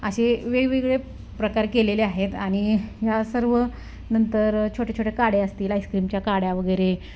असे वेगवेगळे प्रकार केलेले आहेत आणि या सर्व नंतर छोट्याछोट्या काड्या असतील आईस्क्रीमच्या काड्या वगैरे